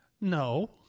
No